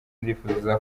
ndifuza